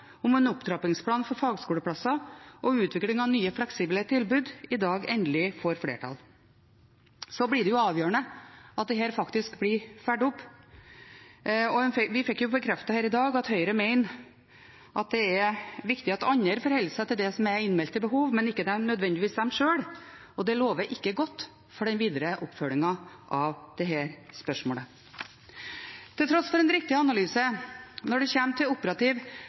om en opptrappingsplan for fagskoleplasser og utvikling av nye fleksible tilbud i dag endelig får flertall. Så blir det avgjørende at dette faktisk blir fulgt opp. Vi fikk jo bekreftet her i dag at Høyre mener at det er viktig at andre forholder seg til det som er innmeldte behov, men ikke nødvendigvis de sjøl. Det lover ikke godt for den videre oppfølgingen av dette spørsmålet. Til tross for en riktig analyse når det gjelder operativ